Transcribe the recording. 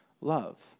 love